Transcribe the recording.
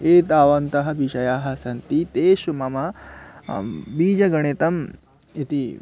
एतावन्तः विषयाः सन्ति तेषु मम बीजगणितम् इति